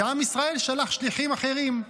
ועם ישראל שלח שליחים אחרים,